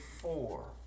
four